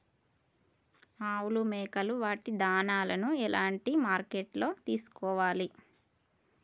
ఆవులు మేకలు వాటి దాణాలు ఎలాంటి మార్కెటింగ్ లో తీసుకోవాలి?